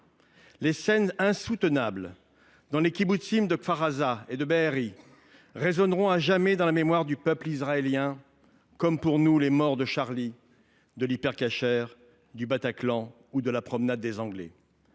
se sont déroulées dans les kibboutzim de Kfar Aza et de Be’eri résonneront à jamais dans la mémoire du peuple israélien, comme pour nous les morts de, de l’Hypercacher, du Bataclan ou de la promenade des Anglais.